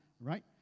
right